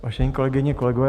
Vážení kolegyně, kolegové.